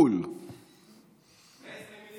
עמדתי בזמן,